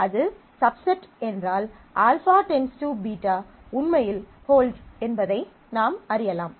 அது சப்செட் என்றால் α → β உண்மையில் ஹோல்ட்ஸ் என்பதை நாம் அறியலாம்